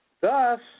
Thus